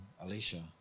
alicia